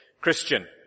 Christian